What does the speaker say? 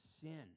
sin